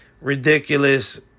ridiculous